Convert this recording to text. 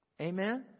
Amen